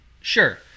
Sure